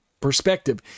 perspective